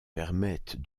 permettent